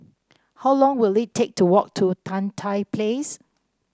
how long will it take to walk to Tan Tye Place